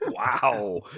Wow